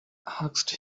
asked